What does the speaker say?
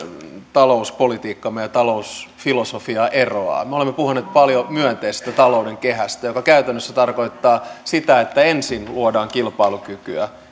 talouspolitiikkamme ja talousfilosofiamme eroavat me olemme puhuneet paljon myönteisestä talouden kehästä joka käytännössä tarkoittaa sitä että ensin luodaan kilpailukykyä